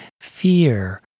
fear